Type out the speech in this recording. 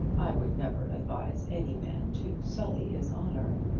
i would never advise any man to sully his honour.